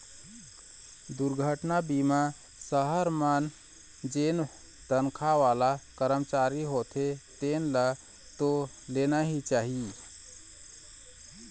दुरघटना बीमा सहर मन जेन तनखा वाला करमचारी होथे तेन ल तो लेना ही चाही